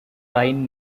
rhine